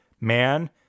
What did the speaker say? man